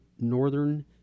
northern